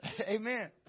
Amen